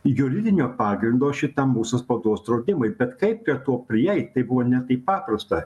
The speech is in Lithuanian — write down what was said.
juridinio pagrindo šitam mūsų spaudos draudimui bet kaip prie to prieit tai buvo ne taip paprasta